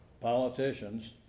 politicians